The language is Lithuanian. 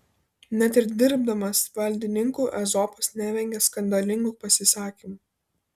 net ir dirbdamas valdininku ezopas nevengia skandalingų pasisakymų